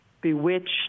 bewitched